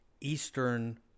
Eastern